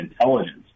intelligence